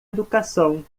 educação